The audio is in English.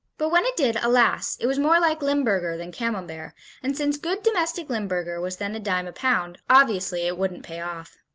but when it did, alas, it was more like limburger than camembert, and since good domestic limburger was then a dime a pound, obviously it wouldn't pay off.